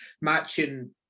matching